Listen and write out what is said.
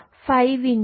4